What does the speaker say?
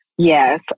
Yes